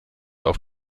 auf